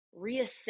reassess